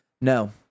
No